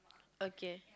okay